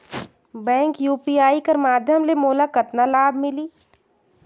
Bank UPI कर माध्यम ले मोला कतना लाभ मिली?